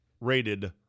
rated